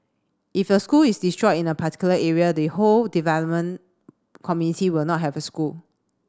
if a school is destroyed in a particular area the whole development committee will not have a school